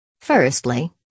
Firstly